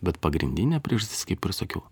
bet pagrindinė priežastis kaip ir sakiau